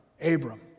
Abram